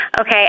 Okay